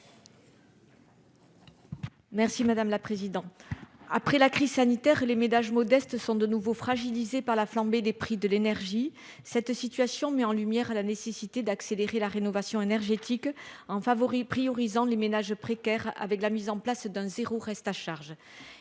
Merci madame la présidente, après la crise sanitaire et les ménages modestes sont de nouveau fragilisée par la flambée des prix de l'énergie, cette situation met en lumière à la nécessité d'accélérer la rénovation énergétique en favori priorisant les ménages précaires avec la mise en place d'un zéro reste à charge,